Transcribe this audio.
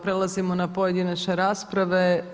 Prelazimo na pojedinačne rasprave.